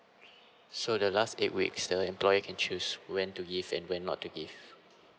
so the last eight weeks the employee can choose when to give and when not to give